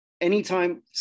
Anytime